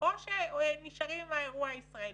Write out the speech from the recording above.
או שנשארים עם האירוע הישראלי.